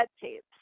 tapes